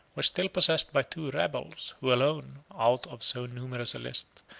were still possessed by two rebels, who alone, out of so numerous a list,